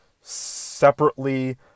separately